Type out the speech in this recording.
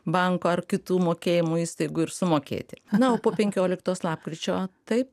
banko ar kitų mokėjimų įstaigų ir sumokėti na o po penkioliktos lapkričio taip